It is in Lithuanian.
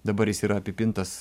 dabar jis yra apipintas